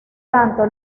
tanto